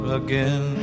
again